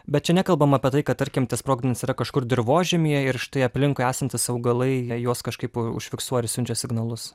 bet čia nekalbam apie tai kad tarkim tie sprogmenys yra kažkur dirvožemyje ir štai aplinkui esantys augalai juos kažkaip užfiksuoja ir siunčia signalus